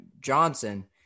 Johnson